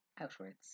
outwards